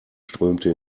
strömte